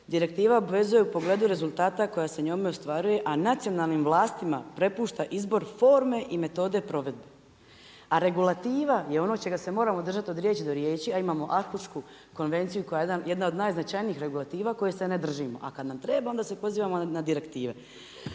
Direktiva obvezuje u pogledu rezultata koja se njome ostvaruje a nacionalnim vlastima prepušta izbor forme i metode provedbe. A regulativa je ono čega se moramo držati od riječi do riječi a imamo Arhušku konvenciju koja je jedna od najznačajnijih regulativa koje se ne držimo, a kad nam treba, onda se pozivamo na direktive.